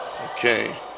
Okay